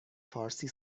فارسی